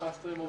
מיכאל ביטון.